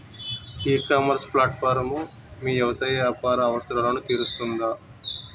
ఈ ecommerce platform మీ వ్యవసాయ వ్యాపార అవసరాలను తీరుస్తుందా?